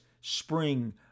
spring